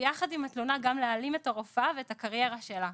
ויחד עם התלונה גם להעלים את הרופאה ואת הקריירה שלה.